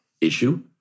issue